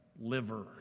liver